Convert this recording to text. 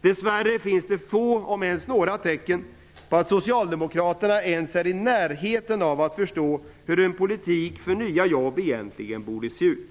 Dess värre finns det få, om ens några, tecken på att socialdemokraterna ens är i närheten av att förstå hur en politik för nya jobb egentligen borde se ut.